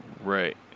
Right